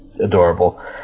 adorable